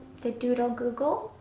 the doodle google?